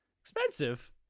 expensive